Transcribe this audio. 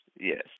Yes